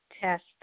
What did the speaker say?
test